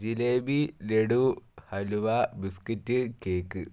jalebi laddu halwa biscuit cake